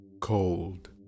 Cold